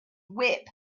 whip